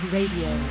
Radio